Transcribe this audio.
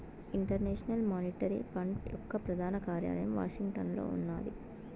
international monetary fund యొక్క ప్రధాన కార్యాలయం వాషింగ్టన్లో ఉన్నాది